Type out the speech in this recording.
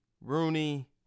Rooney